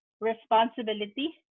responsibility